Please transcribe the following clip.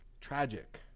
Tragic